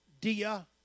dia